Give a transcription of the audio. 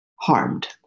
harmed